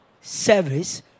service